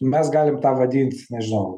mes galim tą vadint nežinau